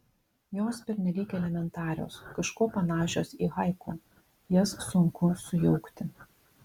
jos pernelyg elementarios kažkuo panašios į haiku jas sunku sujaukti